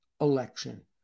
election